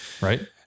right